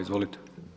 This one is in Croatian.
Izvolite.